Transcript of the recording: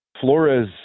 Flores